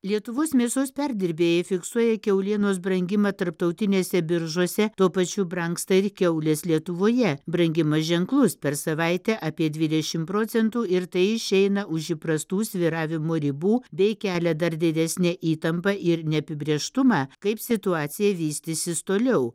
lietuvos mėsos perdirbėjai fiksuoja kiaulienos brangimą tarptautinėse biržose tuo pačiu brangsta ir kiaulės lietuvoje brangimas ženklus per savaitę apie dvidešim procentų ir tai išeina už įprastų svyravimų ribų bei kelia dar didesnę įtampą ir neapibrėžtumą kaip situacija vystysis toliau